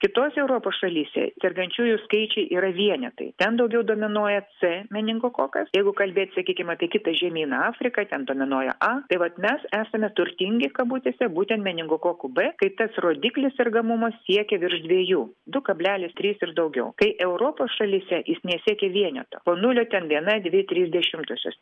kitose europos šalyse sergančiųjų skaičiai yra vienetai ten daugiau dominuoja c meningokokas jeigu kalbėt sakykim apie kitą žemyną afriką ten dominuoja a tai vat mes esame turtingi kabutėse būtent meningokoku b tai tas rodiklis sergamumo siekia virš dviejų du kablelis trys ir daugiau tai europos šalyse jis nesiekia vieneto po nulio ten viena dvi trys dešimtosios